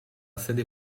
sede